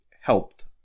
helped